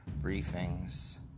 briefings